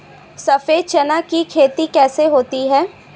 सफेद चना की खेती कैसे होती है?